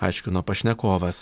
aiškino pašnekovas